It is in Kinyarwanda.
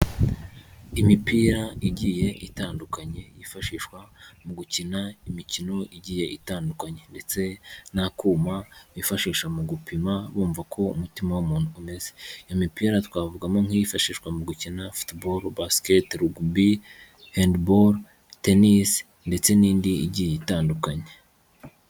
Imipira igiye itandukanye yifashishwa mu gukina imikino igiye itandukanye ndetse n'akuma bifashisha mu gupima bumva ko umutima w'umuntu umeze. Iyo mipira twavugamo nk'iyifashishwa mu gukina Football, Basiketi, Rugby, Handball, Tennis ndetse n'indi igiye itandukanye.